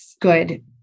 good-